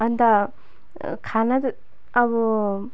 अन्त खाना त अब